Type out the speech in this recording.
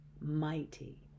mighty